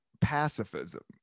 pacifism